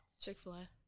Chick-fil-A